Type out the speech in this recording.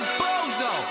bozo